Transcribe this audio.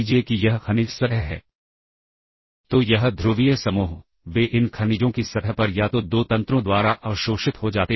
इसको असल में एक कॉल मेकैनिज्म के द्वारा पूर्ण किया जाता है